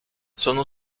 sono